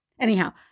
Anyhow